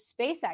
SpaceX